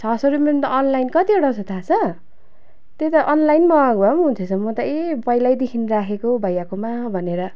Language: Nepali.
छ सौ रुपियाँमा त अनलाइन कतिवटा आउँछ थाह छ त्यो त अनलाइन मगाएको भए पनि हुने थिए छ म त ए पहिल्यैदेखि राखेको भैयाकोमा भनेर